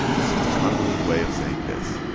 it's just a convoluted way of saying this.